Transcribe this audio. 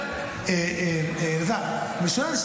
אתה שומע?